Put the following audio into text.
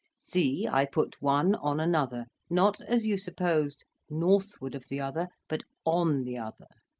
see, i put one on another, not, as you supposed, northward of the other, but on the other.